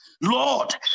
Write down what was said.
Lord